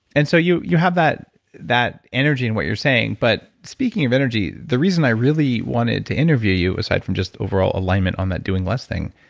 and so you you have that that energy in what you're saying. but speaking of energy, the reason i really wanted to interview you, aside from just overall alignment on that doing less thing,